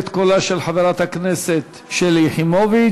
את קולה של חברת הכנסת שלי יחימוביץ,